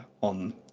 on